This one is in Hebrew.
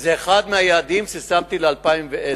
זה אחד מהיעדים ששמתי ל-2010.